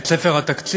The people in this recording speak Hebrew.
את ספר התקציב,